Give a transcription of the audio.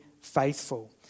faithful